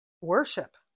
worship